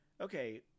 Okay